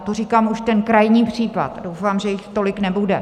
To říkám už ten krajní případ, doufám, že jich tolik nebude.